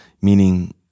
meaning